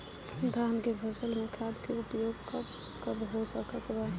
धान के फसल में खाद के उपयोग कब कब हो सकत बा?